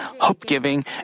hope-giving